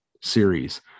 series